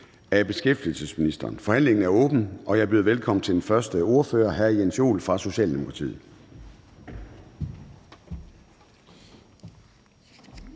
at være færdige. Forhandlingen er åbnet. Jeg byder velkommen til den første ordfører, hr. Malte Larsen fra Socialdemokratiet.